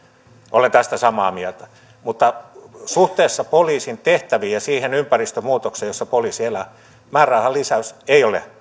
olen tästä samaa mieltä mutta suhteessa poliisin tehtäviin ja siihen ympäristömuutokseen jossa poliisi elää määrärahan lisäys ei ole